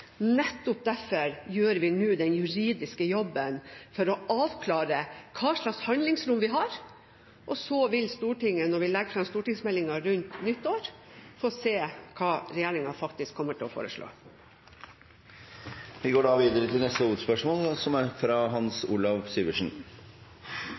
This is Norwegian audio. nettopp derfor gjør vi nå den juridiske jobben for å avklare hva slags handlingsrom vi har. Så vil Stortinget, når vi legger fram stortingsmeldingen rundt nyttår, få se hva regjeringen faktisk kommer til å foreslå. Vi går til neste hovedspørsmål.